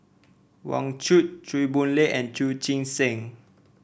Wang Chunde Chew Boon Lay and Chu Chee Seng